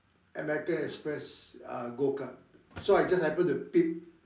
American express uh gold card so I just happened to peep